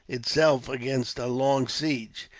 itself, against a long siege.